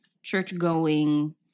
church-going